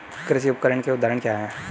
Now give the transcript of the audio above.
कृषि उपकरण के उदाहरण क्या हैं?